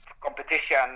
competition